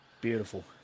Beautiful